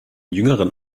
jüngeren